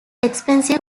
expensive